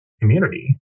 community